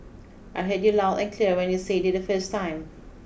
I heard you loud and clear when you said it the first time